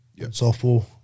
softball